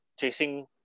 chasing